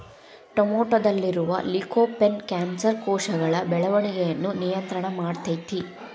ಟೊಮೆಟೊದಲ್ಲಿರುವ lycopene cancer ಕೋಶಗಳ ಬೆಳವಣಿಗಯನ್ನ ನಿಯಂತ್ರಣ ಮಾಡ್ತೆತಿ